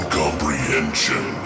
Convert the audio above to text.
comprehension